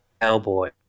Cowboy